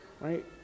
right